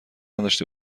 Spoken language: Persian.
نداشته